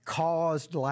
caused